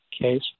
case